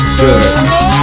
good